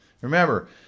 Remember